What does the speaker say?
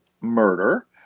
murder